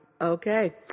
Okay